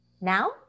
now